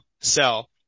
sell